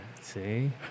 See